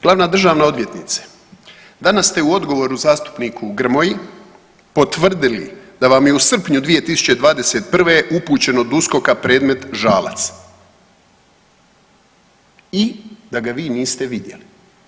Glavna državna odvjetnice danas ste u odgovoru zastupniku Grmoji potvrdili da vam je u srpnju 2021. upućen od USKOK-a predmet Žalac i da ga vi niste vidjeli.